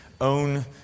own